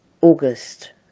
August